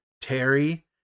Terry